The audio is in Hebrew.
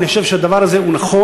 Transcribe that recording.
אני חושב שהדבר הזה נכון,